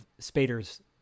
Spader's